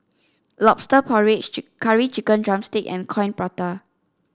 Lobster Porridge Curry Chicken drumstick and Coin Prata